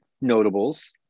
notables